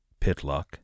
Pitlock